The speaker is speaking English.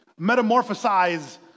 metamorphosize